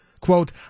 quote